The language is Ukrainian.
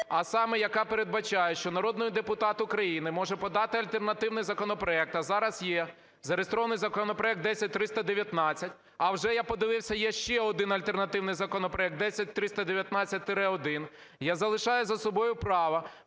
а саме: яка передбачає, що народний депутат України може подати альтернативний законопроект. А зараз є зареєстрований законопроект 10319, а вже я подивився, є ще один альтернативний законопроект - 10319-1. Я залишаю за собою право